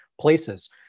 places